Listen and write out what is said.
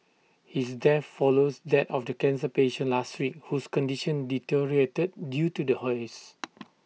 his death follows that of the cancer patient last week whose condition deteriorated due to the haze